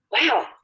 wow